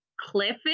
cliff